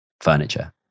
furniture